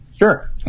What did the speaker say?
Sure